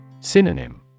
Synonym